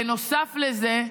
בנוסף לזה,